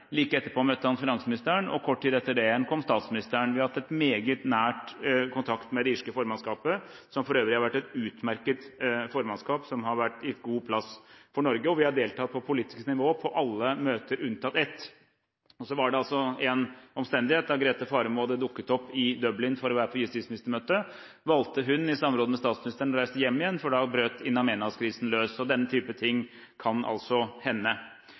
Like etterpå møtte han finansministeren, og kort tid etter det igjen kom statsministeren. Vi har hatt en meget nær kontakt med det irske formannskapet, som for øvrig har vært et utmerket formannskap som har gitt god plass for Norge, og vi har deltatt på politisk nivå på alle møter unntatt ett. Så var det en omstendighet – da Grete Faremo hadde dukket opp i Dublin for å være med på justisministermøte, valgte hun i samråd med statsministeren å reise hjem igjen for da brøt In Amenas-krisen løs. Den type ting kan altså hende.